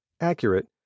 accurate